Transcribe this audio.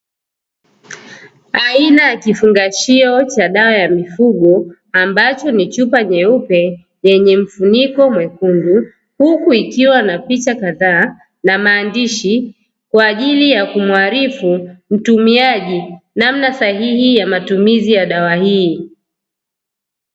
Aina ya kifungashio cha dawa ya mifugo ambacho ni chupa nyeupe yenye mfuniko mwekundu, huku ikiwa na picha kadhaa na maandishi kwa ajili ya kumuarifu mtumiaji namna sahihi ya matumizi ya dawa hii.